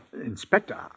Inspector